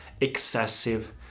excessive